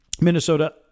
Minnesota